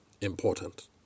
important